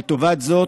לטובת זאת,